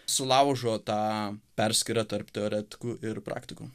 sulaužo tą perskyrą tarp teoretikų ir praktikų